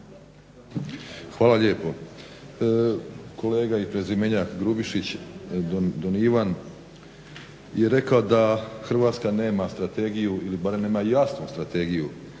Hvala lijepo. Kolega i prezimenjak Grubišić, Don Ivan, je rekao da Hrvatska nema strategiju ili barem nema jasnu strategiju,